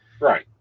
Right